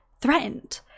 threatened